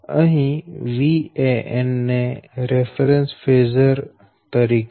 અહી Van ને reference phasor તરીકે લો